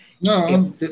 No